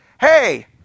hey